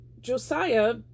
Josiah